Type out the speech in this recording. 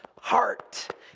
heart